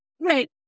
right